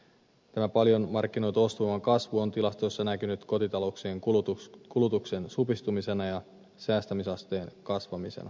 tämä paljon markkinoitu ostovoiman kasvu on tilastoissa näkynyt kotitalouksien kulutuksen supistumisena ja säästämisasteen kasvamisena